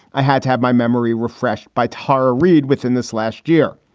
i had to have my memory refreshed by tara reid. within this last year,